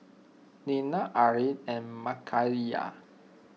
Nena Arlin and Makaila